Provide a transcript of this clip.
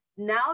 now